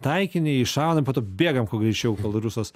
taikinį iššaunam ir po to bėgam kuo greičiau kol rusas